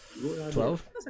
Twelve